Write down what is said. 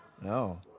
No